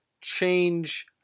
change